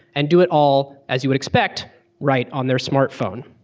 and do it all as you would expect right on their smartphone.